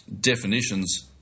definitions